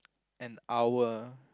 an hour